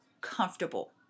comfortable